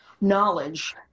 knowledge